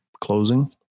closing